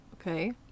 Okay